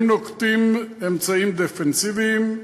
אם נוקטים אמצעים דפנסיביים,